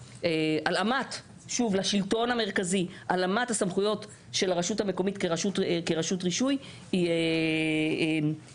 והלאמת הסמכויות של הרשות המקומית כרשות רישוי לרישיון עסק,